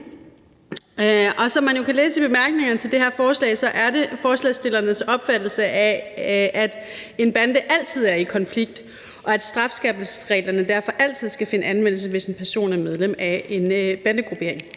som man jo kan læse i bemærkningerne til det her forslag, er det forslagsstillernes opfattelse, at en bande altid er i konflikt, og at strafskærpelsesreglerne derfor altid skal finde anvendelse, hvis en person er medlem af en bandegruppering.